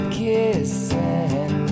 kissing